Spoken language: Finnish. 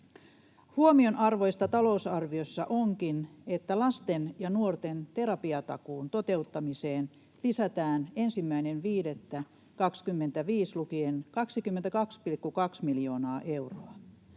Huomionarvoista talousarviossa onkin, että lasten ja nuorten terapiatakuun toteuttamiseen lisätään 1.5.2025 lukien 22,2 miljoonaa euroa.